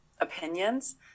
opinions